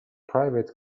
private